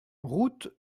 route